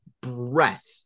breath